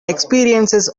experiences